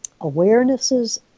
awarenesses